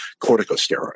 corticosteroid